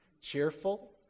cheerful